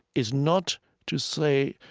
is not to say